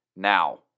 Now